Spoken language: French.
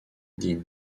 din